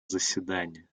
заседания